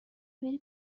بری